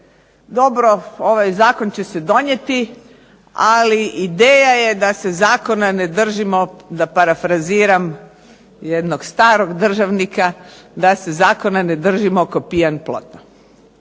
dobro, ovaj zakon će se donijeti, ali ideja je da se zakona ne držimo, da parafraziram jednog starog državnika, da se zakona ne držimo ko pijan plota.